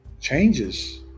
changes